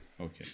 Okay